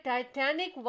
Titanic